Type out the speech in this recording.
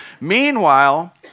Meanwhile